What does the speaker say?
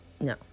no